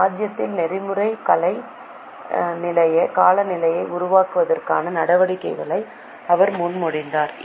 ராஜ்யத்தில் நெறிமுறை காலநிலையை உருவாக்குவதற்கான நடவடிக்கைகளை அவர் முன்மொழிந்தார்